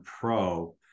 pro